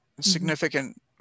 significant